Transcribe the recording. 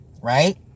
right